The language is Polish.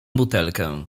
butelkę